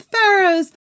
pharaohs